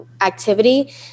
activity